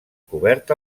cobert